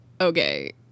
okay